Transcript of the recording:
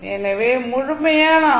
எனவே முழுமையான ஆர்